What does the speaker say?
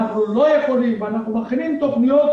אנחנו מכינים תוכניות.